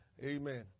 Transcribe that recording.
Amen